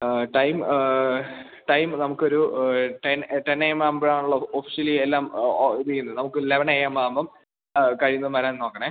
ആ time time നമുക്കൊരു ten ten A M ആകുമ്പോഴാണല്ലോ ഒഫിഷ്യലി എല്ലാം ഇത് ചെയ്യുന്നത് നമുക്ക് ലെവൺ എ എം ആകുമ്പോള് കഴിയുന്നതും വരാൻ നോക്കണേ